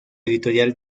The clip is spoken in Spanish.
editorial